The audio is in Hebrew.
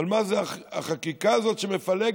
אבל מה זה החקיקה הזאת שמפלגת?